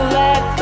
let